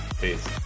Peace